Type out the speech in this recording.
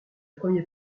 premier